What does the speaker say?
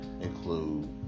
include